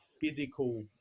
physical